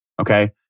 okay